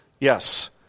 Yes